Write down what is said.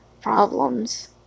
problems